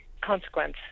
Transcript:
consequence